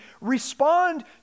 respond